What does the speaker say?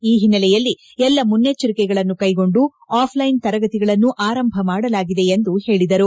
ಈ ಓನ್ನೆಲೆಯಲ್ಲಿ ಎಲ್ಲ ಮುನ್ನೆಚ್ವರಿಕೆಗಳನ್ನು ಕೈಗೊಂಡು ಆಫ್ಲೈನ್ ತರಗತಿಗಳನ್ನು ಆರಂಭ ಮಾಡಲಾಗಿದೆ ಎಂದು ಹೇಳಿದರು